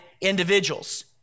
individuals